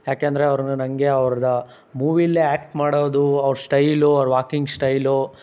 ಯಾಕೆಂದರೆ ಅವ್ರನ್ನ ನನಗೆ ಅವ್ರದ್ದ ಮೂವೀಲಿ ಆ್ಯಕ್ಟ್ ಮಾಡೋದು ಅವ್ರ ಶ್ಟೈಲು ಅವ್ರ ವಾಕಿಂಗ್ ಶ್ಟೈಲು